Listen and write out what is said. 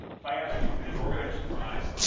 if i ask you, is organized crime,